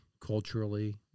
culturally